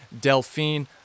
Delphine